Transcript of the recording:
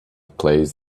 plays